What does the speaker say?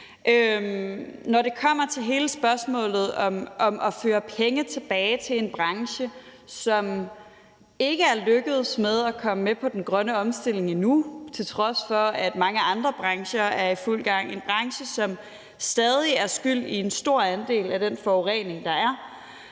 Når det kommer til hele spørgsmålet om at føre penge tilbage til en branche, som ikke er lykkedes med at komme med på den grønne omstilling endnu, til trods for at mange andre brancher er i fuld gang, og en branche, som stadig er skyld i en stor andel af den forurening, der er,